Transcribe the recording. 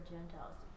Gentiles